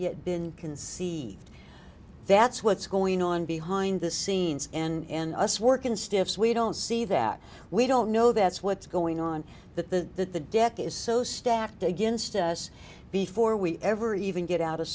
yet been conceived that's what's going on behind the scenes and us working stiffs we don't see that we don't know that's what's going on that the that the deck is so stacked against us before we ever even get out of